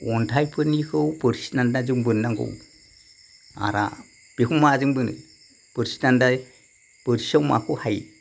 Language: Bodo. अन्थायफोरनिखौ बोरसिदान्दाजों बोननांगौ अराम बेखौ माजों बोनो बोरसि दान्दा बोरसियाव माखौ हायो